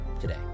today